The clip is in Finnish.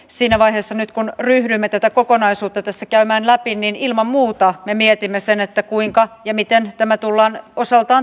siinä vaiheessa kun ryhdymme tätä kokonaisuutta tässä käymään läpi niin ilman muuta me mietimme sen että kuinka ja miten tämä tullaan osaltaan